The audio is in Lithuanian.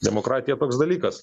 demokratija toks dalykas